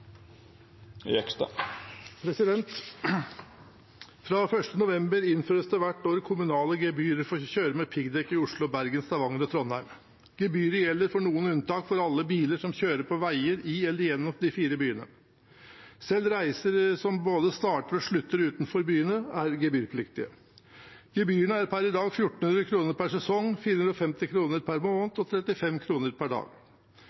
Fra 1. november innføres det hvert år kommunale gebyr for å kjøre med piggdekk i Oslo, Bergen, Stavanger og Trondheim. Gebyret gjelder med noen unntak for alle biler som kjører på veier i eller gjennom de fire byene. Selv reiser som både starter og slutter utenfor byene, er gebyrpliktige. Gebyrene er per i dag 1 400 kr per sesong, 450 kr per måned og 35 kr per dag.